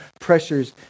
pressures